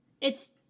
it's-